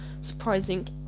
Surprising